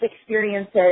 experiences